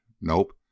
Nope